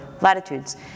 latitudes